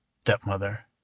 Stepmother